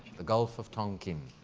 the gulf of tonkin,